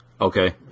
Okay